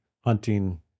hunting